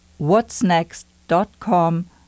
whatsnext.com